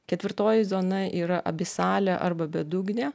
ketvirtoji zona yra abisalė arba bedugnė